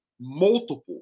multiple